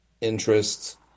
interests